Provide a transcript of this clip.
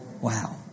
Wow